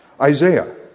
Isaiah